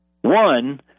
one